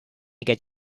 get